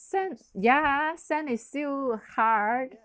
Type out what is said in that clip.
sand yeah sand is still hard